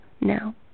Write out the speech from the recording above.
now